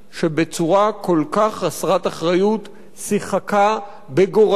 שבצורה כל כך חסרת אחריות שיחקה בגורלם